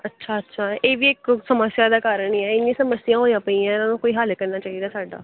ਅੱਛਾ ਅੱਛਾ ਇਹ ਵੀ ਇੱਕ ਸਮੱਸਿਆ ਦਾ ਕਾਰਨ ਹੀ ਹੈ ਇੰਨੀ ਸਮੱਸਿਆ ਹੋਈਆਂ ਪਈਆਂ ਇਹਨਾਂ ਨੂੰ ਕੋਈ ਹੱਲ ਕਰਨਾ ਚਾਹੀਦਾ ਸਾਡਾ